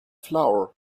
flower